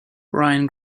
brian